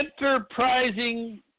enterprising